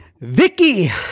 vicky